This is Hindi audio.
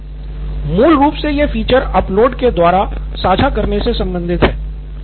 सिद्धार्थ मटूरी मूल रूप से यह फ़ीचर अपलोड के द्वारा साझा करने से संबंधित हुआ